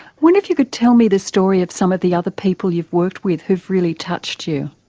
wonder if you could tell me the story of some of the other people you've worked with who have really touched you.